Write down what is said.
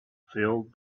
filled